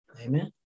Amen